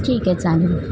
ठीक आहे चालेल